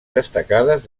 destacades